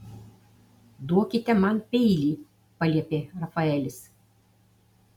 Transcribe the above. duokite man peilį paliepė rafaelis